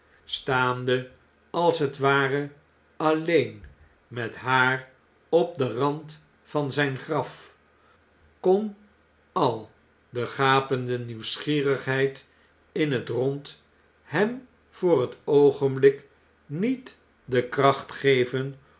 staande als het ware alleen met haar op den rand van zjjn graf kon al de gapende nieuwsgierigheid in het rond hem voor het oogenblik met de kracht gedickens